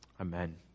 Amen